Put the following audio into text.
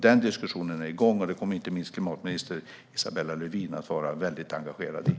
Denna diskussion är igång, och den kommer inte minst klimatminister Isabella Lövin att vara mycket engagerad i.